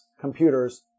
computers